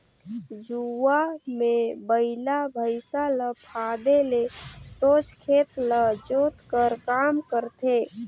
जुवा मे बइला भइसा ल फादे ले सोझ खेत ल जोत कर काम करथे